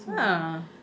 ha